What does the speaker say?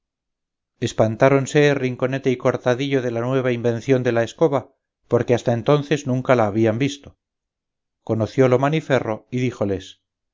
espantáronse rinconete y cortadillo de la nueva invención de la escoba porque hasta entonces nunca la habían visto conociólo maniferro y díjoles